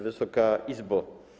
Wysoka Izbo!